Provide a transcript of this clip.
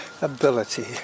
ability